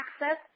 access